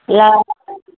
ला